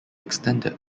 extended